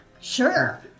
Sure